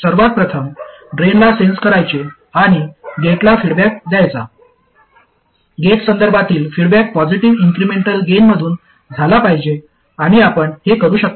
सर्वात प्रथम ड्रेनला सेन्स करायचे आणि गेटला फीडबॅक द्यायचा गेटसंदर्भातील फीडबॅक पॉजिटीव्ह इन्क्रिमेंटल गेनमधून झाला पाहिजे आणि आपण हे करू शकता